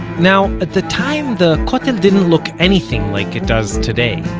now, at the time, the kotel didn't look anything like it does today.